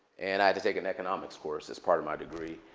and i had to take an economics course as part of my degree,